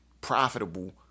profitable